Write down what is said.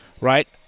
right